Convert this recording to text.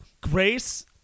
Grace